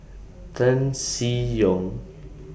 Tan Seng Yong